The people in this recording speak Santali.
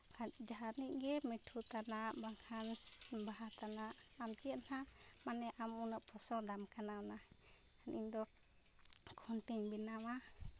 ᱟᱨ ᱡᱟᱦᱟᱱᱤᱡᱽ ᱜᱮ ᱢᱤᱴᱷᱩ ᱛᱟᱱᱟᱜ ᱵᱟᱝᱠᱷᱟᱱ ᱵᱟᱦᱟ ᱛᱟᱱᱟᱜ ᱟᱢ ᱪᱮᱫ ᱦᱟᱸᱜ ᱢᱟᱱᱮ ᱟᱢ ᱩᱱᱟᱹᱜ ᱯᱚᱸᱥᱚᱫᱟᱢ ᱠᱟᱱᱟ ᱚᱱᱟ ᱮᱱᱠᱷᱟᱱ ᱤᱧᱫᱚ ᱠᱷᱩᱱᱴᱤᱧ ᱵᱮᱱᱟᱣᱟ